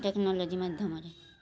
technology ମାଧ୍ୟମରେ